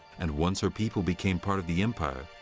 and once her people became part of the empire,